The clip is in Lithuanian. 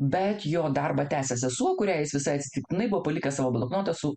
bet jo darbą tęsia sesuo kuriai jis visai atsitiktinai buvo palikęs savo bloknotą su